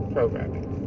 Programming